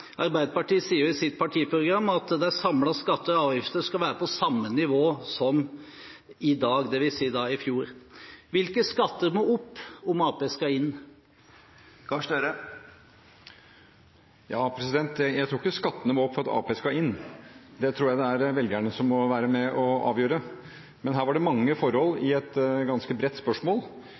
Arbeiderpartiet sier jo i sitt partiprogram at de samlede skatter og avgifter skal være på samme nivå som i dag, dvs. i fjor. Hvilke skatter må opp dersom Arbeiderpartiet skal inn? Jeg tror ikke skattene må opp for at Arbeiderpartiet skal inn. Det tror jeg det er velgerne som må være med og avgjøre. Men her var det mange forhold, i et ganske bredt spørsmål.